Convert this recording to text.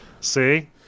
See